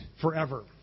forever